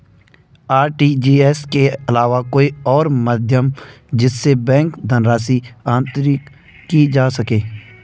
RTGS के अलावा कोई और माध्यम जिससे बैंक धनराशि अंतरित की जा सके?